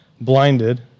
blinded